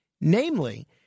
Namely